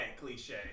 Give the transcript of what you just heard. cliche